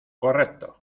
correcto